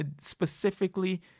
specifically